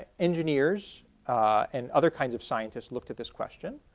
engineers and other kinds of scientists looked at this question.